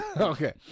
Okay